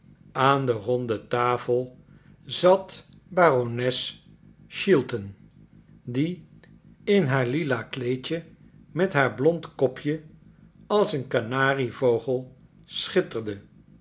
aan de ronde tafel zat barones schilten die in haar lila kleedje met haar blond kopje als een kanarievogel schitterde